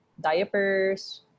diapers